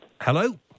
Hello